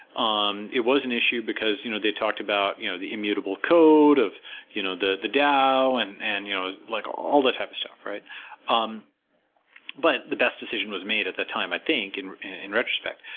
um it was an issue because you know they talked about you know the immutable code of you know the the dao and and you know like all that type of stuff. um but the best decision was made at that time, i think, and in retrospect.